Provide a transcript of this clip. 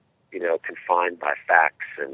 you know, confined by facts, and